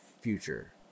future